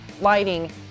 lighting